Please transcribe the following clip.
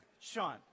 sean